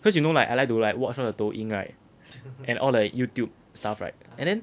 cause you know like I like to like watch all the 抖音 right and all the YouTube stuff right and then